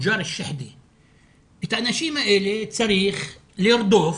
את האנשים האלה צריך לרדוף,